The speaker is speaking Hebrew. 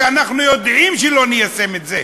שאנחנו יודעים שלא ניישם אותה.